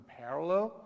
parallel